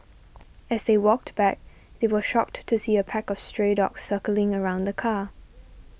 as they walked back they were shocked to see a pack of stray dogs circling around the car